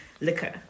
liquor